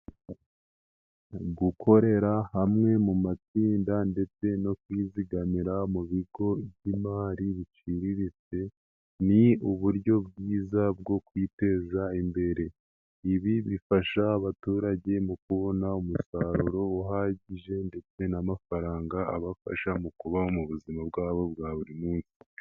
Gukorera hamwe mu matsinda ndetse no kwizigamira mu bigo by'imari biciriritse, ni uburyo bwiza bwo kwiteza imbere. Ibi bifasha abaturage mu kubona umusaruro uhagije ndetse n'amafaranga abafasha mu kubaho mu buzima bwabo bwa buri munsi.